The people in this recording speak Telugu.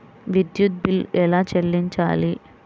విద్యుత్ బిల్ ఎలా చెల్లించాలి?